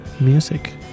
music